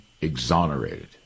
exonerated